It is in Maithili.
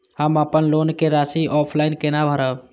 हम अपन लोन के राशि ऑफलाइन केना भरब?